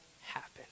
happen